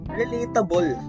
relatable